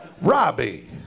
Robbie